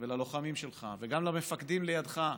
וללוחמים שלך וגם למפקדים לידך,